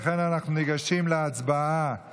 לכן אנחנו ניגשים להצבעה